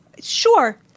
Sure